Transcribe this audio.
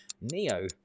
Neo